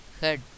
head